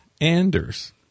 Anders